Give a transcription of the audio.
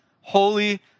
holy